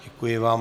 Děkuji vám.